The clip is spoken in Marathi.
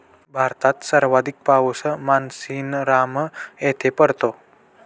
भारतात सर्वाधिक पाऊस मानसीनराम येथे पडतो